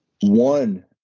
one